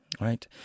Right